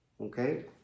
okay